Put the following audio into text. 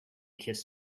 kiss